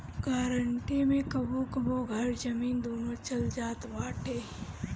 guarantee मे कबो कबो घर, जमीन, दूनो चल जात बाटे